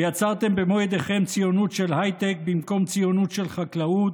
ויצרתם במו ידיכם ציונות של הייטק במקום ציונות של חקלאות,